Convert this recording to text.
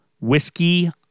whiskey